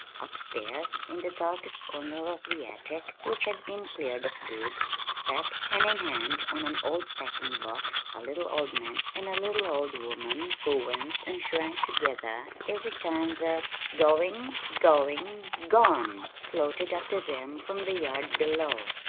upstairs, in the darkest corner of the attic which had been cleared of goods sat, hand in hand on an old packing-box, a little old man and a little old woman who winced and shrank together every time the going, going, gone! floated up to them from the yard below.